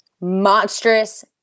monstrous